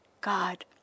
God